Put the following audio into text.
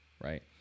right